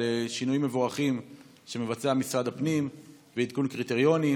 על שינויים מבורכים שמבצע משרד הפנים בעדכון קריטריונים,